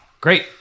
great